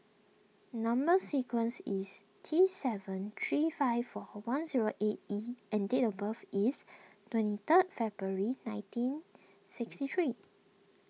Number Sequence is T seven three five four one zero eight E and date of birth is twenty third February nineteen sixty three